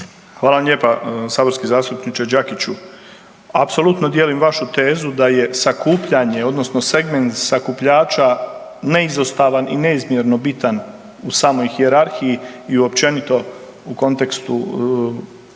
Hvala vam lijepa saborski zastupniče Đakiću. Apsolutno dijelim vašu tezu da je sakupljanje odnosno segment sakupljača neizostavan i neizmjerno bitan u samoj hijerarhiji i općenito u kontekstu